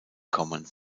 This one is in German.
kommen